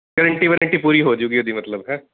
guarantee warranty ਪੂਰੀ ਹੋ ਜਾਊਗੀ ਉਹਦੀ ਮਤਲਬ ਹੈਂ